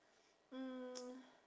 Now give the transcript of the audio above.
mm